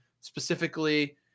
specifically